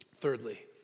Thirdly